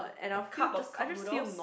a cup of cup noodles